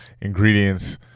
ingredients